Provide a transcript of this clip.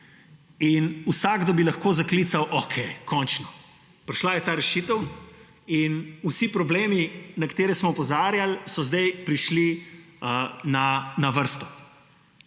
in vsakdo bi lahko zaklical – okej, končno, prišla je ta rešitev in vsi problemi, na katere smo opozarjal, so zdaj prišli na vrsto.